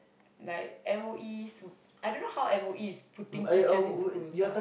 like M_O_E sem~ I don't know how M_O_E is putting teachers in schools ah